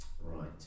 Right